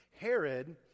Herod